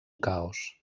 caos